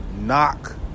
knock